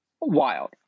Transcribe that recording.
Wild